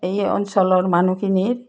এই অঞ্চলৰ মানুহখিনিৰ